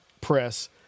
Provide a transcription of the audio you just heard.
Press